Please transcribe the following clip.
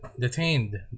detained